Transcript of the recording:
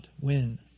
win